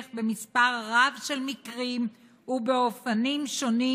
במספר רב של מקרים ובאופנים שונים,